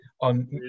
on